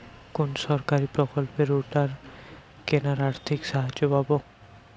কোন সরকারী প্রকল্পে রোটার কেনার আর্থিক সাহায্য পাব?